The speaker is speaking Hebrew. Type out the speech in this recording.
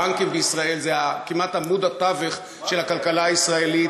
הבנקים בישראל הם כמעט עמוד התווך של הכלכלה הישראלית,